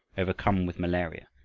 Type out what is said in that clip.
overcome with malaria,